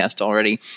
already